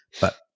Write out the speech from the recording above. but-